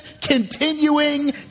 continuing